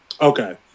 Okay